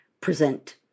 present